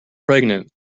pregnant